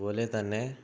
അതുപോലെ തന്നെ